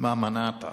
מה מנעת.